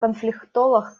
конфликтолог